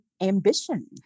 ambition